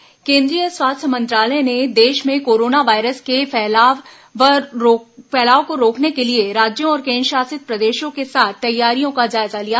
corona virus केन्द्रीय स्वास्थ्य मंत्रालय ने देश में कोरोना वायरस के फैलाव को रोकने के लिए राज्यों और केन्द्रशासित प्रदेशों के साथ तैयारियों का जायजा लिया